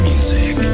Music